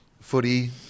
footy